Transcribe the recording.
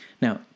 Now